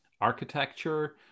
architecture